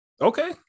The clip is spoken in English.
Okay